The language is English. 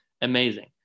Amazing